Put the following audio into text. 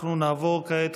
אנחנו נעבור כעת,